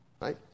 right